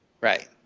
Right